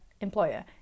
employer